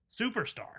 superstar